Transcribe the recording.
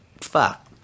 fuck